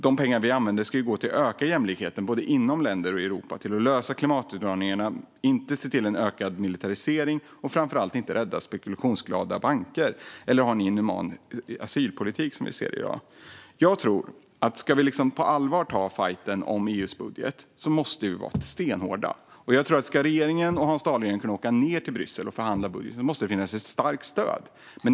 De pengar vi använder ska gå till att öka jämlikheten, både inom länder och i Europa, och till att lösa klimatutmaningarna, inte till en ökad militarisering och framför allt inte till att rädda spekulationsglada banker eller ha en inhuman migrationspolitik, så som vi ser i dag. Jag tror att om vi på allvar ska ta fajten om EU:s budget måste vi vara stenhårda. Om regeringen och Hans Dahlgren ska kunna åka ned till Bryssel och förhandla om budgeten måste det finnas ett starkt stöd.